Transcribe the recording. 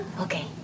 Okay